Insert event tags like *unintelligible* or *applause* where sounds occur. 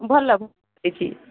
ଭଲ *unintelligible*